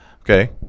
Okay